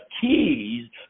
keys